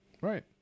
Right